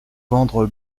vendre